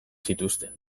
zituzten